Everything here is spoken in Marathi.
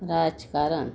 राजकारण